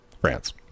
France